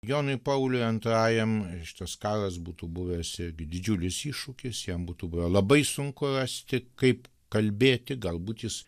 jonui pauliui antrajam šitas karas būtų buvęs didžiulis iššūkis jam būtų buvę labai sunku rasti kaip kalbėti galbūt jis